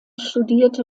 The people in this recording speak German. studierte